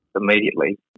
immediately